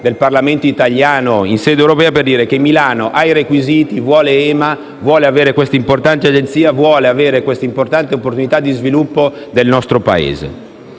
del Parlamento italiano in sede europea per dire che Milano ha i requisiti; vuole EMA; vuole questa importante Agenzia e questa importante opportunità di sviluppo per il nostro Paese.